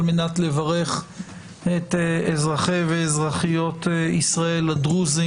על מנת לברך את אזרחי ואזרחיות ישראל הדרוזים